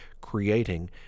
Creating